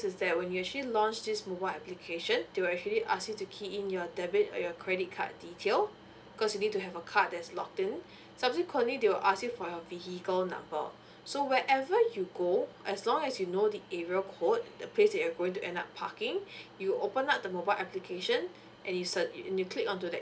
is that when you actually launch this mobile application they will actually ask you to key in your debit or your credit card detail because you need to have a card that is locked in subsequently they will ask you for your vehicle number so wherever you go as long as you know the area code the place that you're going to end up parking you open up the mobile application and you select you click on to that